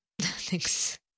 thanks